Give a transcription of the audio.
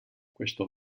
questo